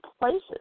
places